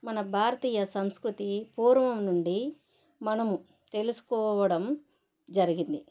మన భారతీయ సంస్కృతి పూర్వం నుండి మనం తెలుసుకోవడం జరిగింది